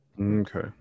okay